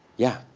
yeah.